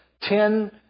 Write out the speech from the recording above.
ten